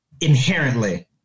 inherently